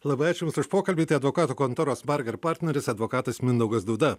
labai ačiū jums už pokalbį tai advokatų kontoros marger partneris advokatas mindaugas dūda